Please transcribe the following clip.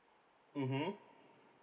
mmhmm